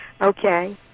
Okay